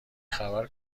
خبر